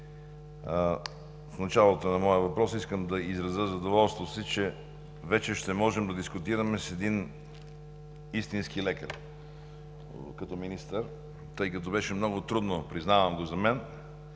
В началото на моя въпрос искам да изразя задоволството си, че вече ще можем да дискутираме с един истински лекар като министър, тъй като беше много трудно за мен,